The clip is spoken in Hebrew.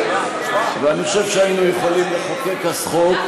ואני חושב שהיינו יכולים לחוקק אז חוק.